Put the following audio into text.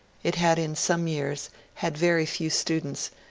it had in some years had very few students,